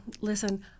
listen